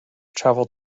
travel